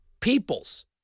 peoples